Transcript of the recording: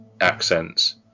accents